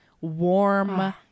warm